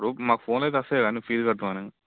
ఇప్పుడు మాకు ఫోన్లైతే వస్తయి కదా ఫీజు కట్టమని